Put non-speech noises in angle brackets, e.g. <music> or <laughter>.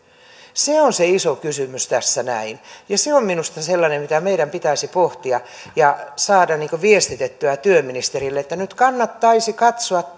on se iso kysymys tässä näin ja se on minusta sellainen mitä meidän pitäisi pohtia ja saada viestitettyä työministerille että nyt kannattaisi katsoa <unintelligible>